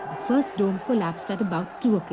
first dome collapsed at about two